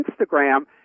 Instagram